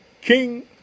king